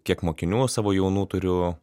kiek mokinių savo jaunų turiu